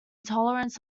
tolerance